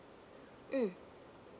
mm